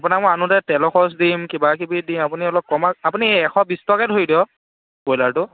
আপোনাৰ মই আনোতে তেলৰ খৰচ দিম কিবাকিবি দিম আপুনি অলপ কমাওক আপুনি এশ বিছ টকাকৈ ধৰি দিয়ক ব্ৰইলাৰটো